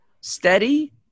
steady